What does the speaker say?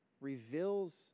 reveals